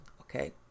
Okay